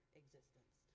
existence